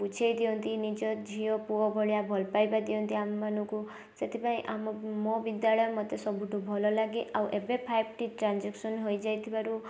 ବୁଝେଇ ଦିଅନ୍ତି ନିଜ ଝିଅ ପୁଅ ଭଳିଆ ଭଲ ପାଇବା ଦିଅନ୍ତି ଆମମାନଙ୍କୁ ସେଥିପାଇଁ ଆମ ମୋ ବିଦ୍ୟାଳୟ ମତେ ସବୁଠୁ ଭଲ ଲାଗେ ଆଉ ଏବେ ଫାଇପ ଟି ଟ୍ରାଞ୍ଜାକ୍ସନ ହୋଇଯାଇଥିବାରୁ